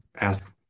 ask